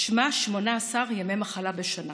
משמע, 18 ימי מחלה בשנה.